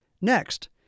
Next